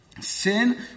Sin